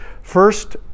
first